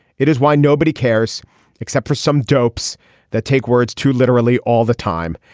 it is why nobody cares except for some dopes that take words to literally all the time.